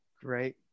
Great